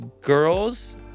girls